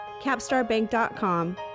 capstarbank.com